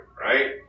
right